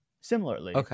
Similarly